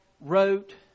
wrote